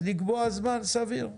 אז לקבוע זמן סביר,